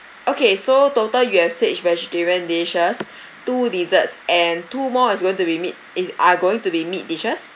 okay so total you have six vegetarian dishes two desserts and two more is going to be meat is are going to be meat dishes